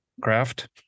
craft